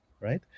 right